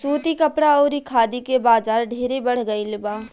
सूती कपड़ा अउरी खादी के बाजार ढेरे बढ़ गईल बा